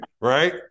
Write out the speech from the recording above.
right